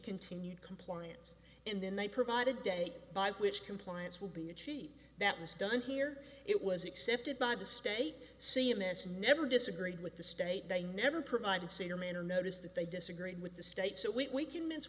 continued compliance and then they provide a day by which compliance will be achieved that was done here it was accepted by the state c m s never disagreed with the state they never provided sailorman or notice that they disagreed with the state so we can mi